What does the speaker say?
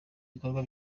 ibikorwa